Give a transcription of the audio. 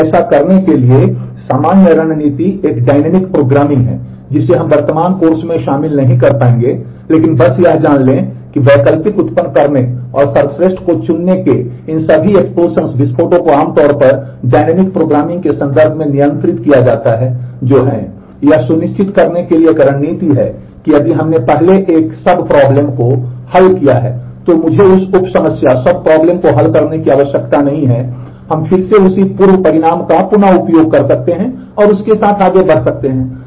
इसलिए ऐसा करने के लिए सामान्य रणनीति एक डाइनेमिक को हल करने की आवश्यकता नहीं है हम फिर से उसी पूर्व परिणाम का पुन उपयोग कर सकते हैं और उसी के साथ आगे बढ़ सकते हैं